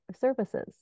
services